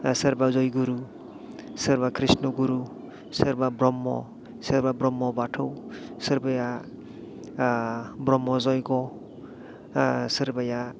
सोरबा जयगुरु सोरबा कृष्णगुरु सोरबा ब्रह्म सोरबा ब्रह्म बाथौ सोरबाया ब्रह्म जग्य सोरबाया